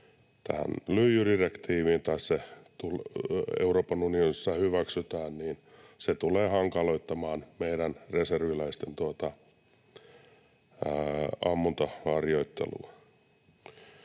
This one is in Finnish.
lyijydirektiiviin tai se Euroopan unionissa hyväksytään, se tulee hankaloittamaan meidän reserviläisten ammuntaharjoittelua.